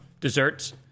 desserts